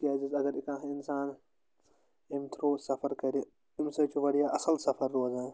تِکیٛازِ حظ اَگرٔے کانٛہہ اِنسان اَمہِ تھرٛوٗ سَفر کَرِ اَمہِ سۭتۍ چھُ واریاہ اصٕل سَفر روزان